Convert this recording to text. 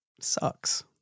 Sucks